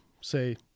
say